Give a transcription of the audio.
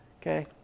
Okay